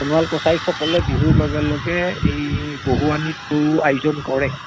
সোণোৱাল কছাৰীসকলে বিহুৰ লগে লগে এই আয়োজন কৰে